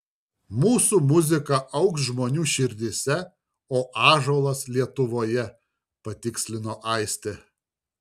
mūsų muzika augs žmonių širdyse o ąžuolas lietuvoje patikslino aistė